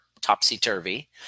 topsy-turvy